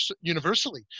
universally